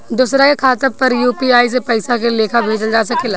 दोसरा के खाता पर में यू.पी.आई से पइसा के लेखाँ भेजल जा सके ला?